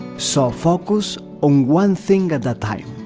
so focus on one thing at a time.